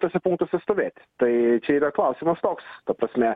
tuose punktuose stovėt tai čia yra klausimas toks ta prasme